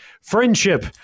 friendship